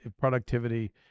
productivity